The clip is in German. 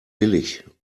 billig